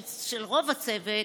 של רוב הצוות,